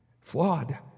Flawed